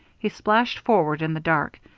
he splashed forward in the dark,